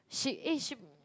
she eh she